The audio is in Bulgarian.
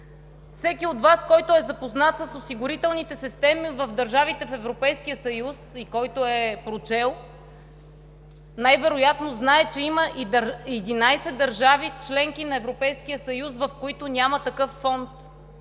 Всеки от Вас, който е запознат с осигурителните системи в държавите в Европейския съюз и който е прочел, най-вероятно знае, че има 11 държави – членки на Европейския съюз, в които няма такъв фонд,